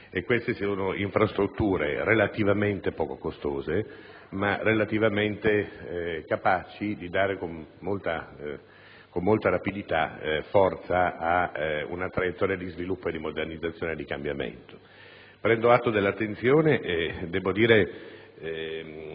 queste sono infrastrutture relativamente poco costose, ma capaci di dare con molta rapidità forza ad una traiettoria di sviluppo, di modernizzazione e di cambiamento. Prendo atto dell'attenzione e debbo dire